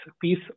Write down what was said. piece